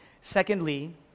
Secondly